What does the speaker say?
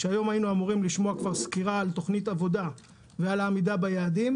שהיום היינו אמורים לשמוע כבר סקירה על תוכנית עבודה ועל העמידה ביעדים,